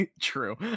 True